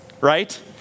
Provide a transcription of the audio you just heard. right